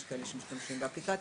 יש כאלה שמשתמשים באפליקציה,